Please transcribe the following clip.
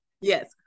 yes